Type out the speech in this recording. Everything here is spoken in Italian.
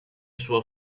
suo